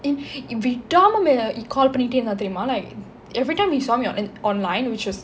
விடாம:vidama call பண்ணிட்டே இருந்தான் தெரியுமா:pannitte irunthan theriyuma every time he saw me on online which is